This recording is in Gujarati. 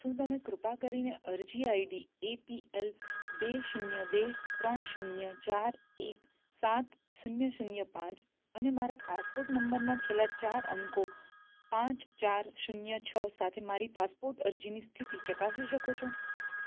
શું તમે કૃપા કરીને અરજી આઈડી એપીએલ બે શૂન્ય બે ત્રણ શૂન્ય ચાર એક સાત શૂન્ય શૂન્ય પાંચ અને મારા પાસપોટ નંબરના છેલ્લા ચાર અંકો પાંચ ચાર શૂન્ય છ સાથે મારી પાસપોટ અરજીની સ્થિતિ ચકાસી શકો છો